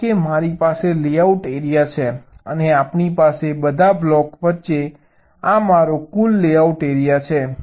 ધારો કે મારી પાસે લેઆઉટ એરિયા છે અને આપણી પાસે બધા બ્લોક વચ્ચે આ મારો કુલ લેઆઉટ એરિયા છે